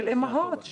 של אימהות,